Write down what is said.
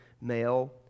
male